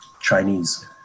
chinese